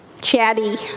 chatty